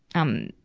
um,